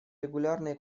регулярные